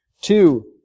Two